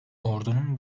ordunun